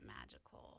magical